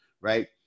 right